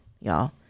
y'all